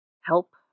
help